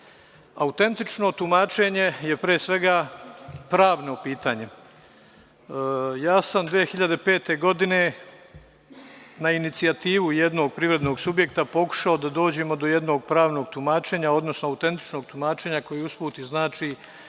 rade. Autentično tumačenje je pre svega pravno pitanje. Ja sam 2005. godine na inicijativu jednog privrednog subjekta pokušao da dođemo do jednog pravnog tumačenja, odnosno autentičnog tumačenja koje usput znači